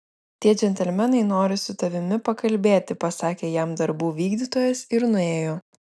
tie džentelmenai nori su tavimi pakalbėti pasakė jam darbų vykdytojas ir nuėjo